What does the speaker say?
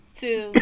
two